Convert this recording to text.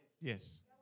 Yes